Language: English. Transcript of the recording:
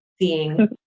seeing